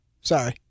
Sorry